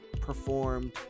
performed